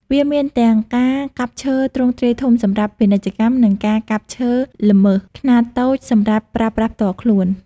វាមានទាំងការកាប់ឈើទ្រង់ទ្រាយធំសម្រាប់ពាណិជ្ជកម្ម និងការកាប់ឈើល្មើសខ្នាតតូចសម្រាប់ប្រើប្រាស់ផ្ទាល់ខ្លួន។